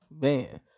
Man